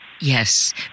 Yes